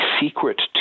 secret